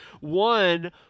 One